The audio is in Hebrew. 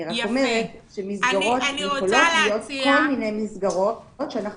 אני רק אומרת שמסגרות יכולות להיות כל מיני מסגרות ואנחנו